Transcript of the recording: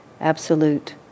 absolute